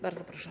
Bardzo proszę.